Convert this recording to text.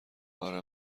اره